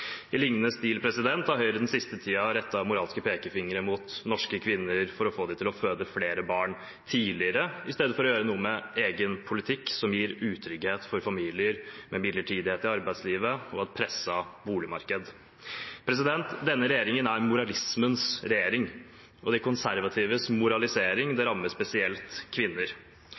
I lignende stil har Høyre den siste tiden rettet en moralsk pekefinger mot norske kvinner for å få dem til å føde flere barn tidligere, istedenfor å gjøre noe med egen politikk, som gir utrygghet for familier med midlertidighet i arbeidslivet og et presset boligmarked. Denne regjeringen er moralismens regjering, og de konservatives moralisering rammer spesielt kvinner.